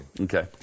Okay